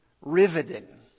riveting